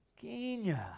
Kenya